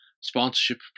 Sponsorship